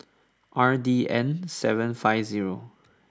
R D N seven five zero